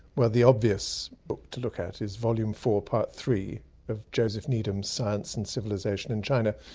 well the obvious book to look at is volume four part three of joseph needham's science and civilisation in china,